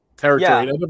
territory